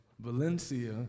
Valencia